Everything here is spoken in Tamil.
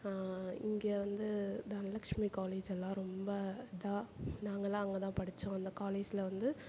இங்கே வந்து தனலக்ஷ்மி காலேஜ் எல்லாம் ரொம்ப இதாக நாங்கள் எல்லாம் அங்கே தான் படிச்சோம் அந்த காலேஜில் வந்து